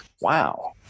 wow